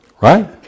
Right